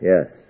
Yes